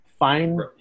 Find